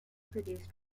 produced